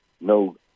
no